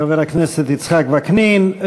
תודה, אדוני חבר הכנסת יצחק וקנין.